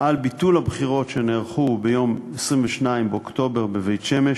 על ביטול הבחירות שנערכו ביום 22 באוקטובר בבית-שמש,